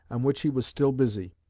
on which he was still busy,